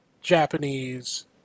Japanese